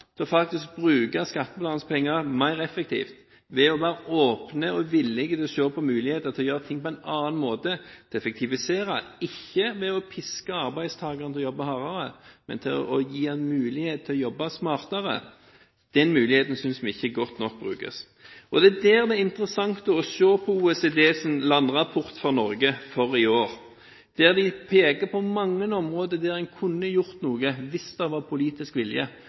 faktisk å bruke skattebetalernes penger mer effektivt ved å være åpne og villige til å gjøre ting på en annen måte, ved å effektivisere – ikke ved å piske arbeidstakerne til å jobbe hardere, men ved å jobbe smartere – synes vi ikke brukes godt nok. Det er her det er interessant å se på OECDs landrapport for Norge for i år. Der peker man på mange områder der en kunne ha gjort noe hvis det var politisk vilje,